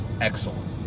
excellent